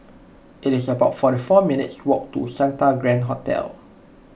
it is about forty four minutes' walk to Santa Grand Hotel